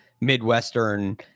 Midwestern